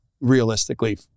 realistically